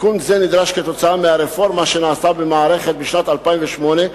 תיקון זה נדרש כתוצאה מהרפורמה שנעשתה במערכת בשנת 2008,